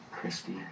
Christy